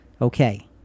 okay